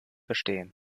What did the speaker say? verstehen